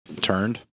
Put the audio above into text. turned